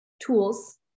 tools